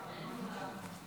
פנינה תמנו שטה,